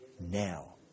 now